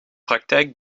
praktijk